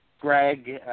Greg